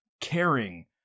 caring